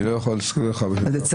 אני לא יכול להשכיר לך --- לצערי,